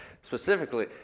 specifically